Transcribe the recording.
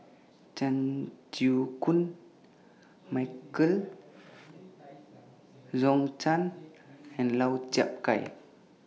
Chan Chew Koon Michael Zhou Can and Lau Chiap Khai